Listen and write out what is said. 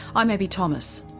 i'm abbie thomas.